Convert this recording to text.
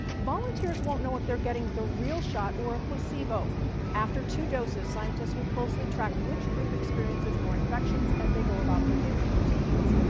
volunteers won't know if they're getting the real shot or a placebo after two doses scientists will closely track which group experiences more infections as they go about their daily routines,